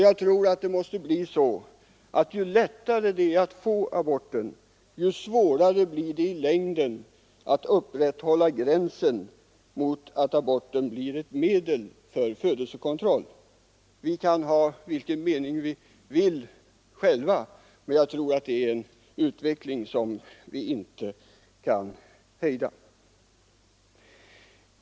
Jag tror att det måste bli så, att ju lättare det är att få aborter, desto svårare blir det i längden att upprätthålla gränsen mot att aborten blir ett medel för födelsekontroll. Vi kan ha vilken mening vi vill om detta men jag tror att det är en utveckling som vi inte kan hejda.